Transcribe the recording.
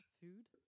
food